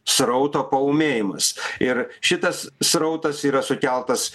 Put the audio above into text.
srauto paūmėjimas ir šitas srautas yra sukeltas